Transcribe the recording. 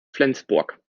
flensburg